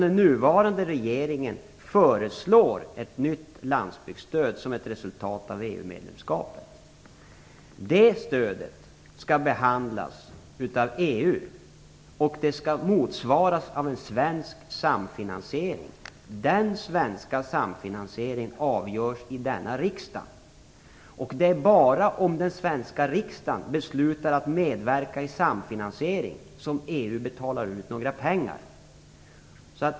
Den nuvarande regeringen föreslår ett nytt landsbygdsstöd som resultat av Det stödet skall behandlas av EU, och det skall motsvaras av en svensk samfinansiering. Den svenska samfinansieringen avgörs i denna riksdag. Det är bara om den svenska riksdagen beslutar att medverka i samfinansieringen som EU betalar ut några pengar.